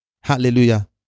Hallelujah